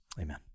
amen